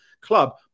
club